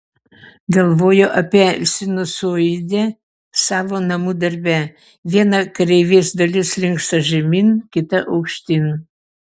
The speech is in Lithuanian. galvojo apie sinusoidę savo namų darbe viena kreivės dalis linksta žemyn kita aukštyn